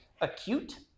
acute